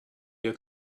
ihr